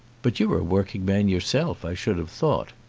but you're a working man yourself, i should have thought.